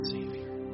Savior